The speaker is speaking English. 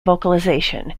vocalization